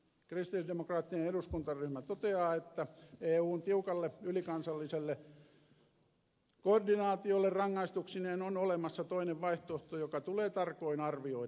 kristillisdemokraattinen eduskuntaryhmä toteaa että eun tiukalle ylikansalliselle koordinaatiolle rangaistuksineen on olemassa toinen vaihtoehto joka tulee tarkoin arvioida